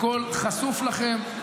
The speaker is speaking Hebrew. הכול חשוף לכם,